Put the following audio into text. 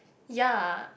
ya